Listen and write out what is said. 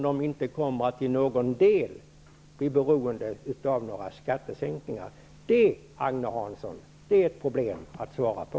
De kommer inte i någon del att kunna dra fördel av några skattesänkningar. Det är ett problem att svara på,